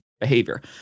behavior